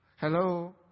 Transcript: Hello